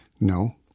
No